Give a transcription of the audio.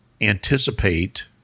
anticipate